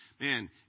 man